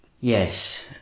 Yes